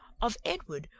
of edward,